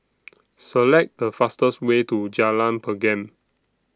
Select The fastest Way to Jalan Pergam